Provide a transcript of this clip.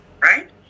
right